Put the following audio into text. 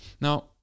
now